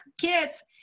kids